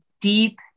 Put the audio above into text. deep